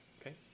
Okay